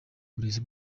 burezi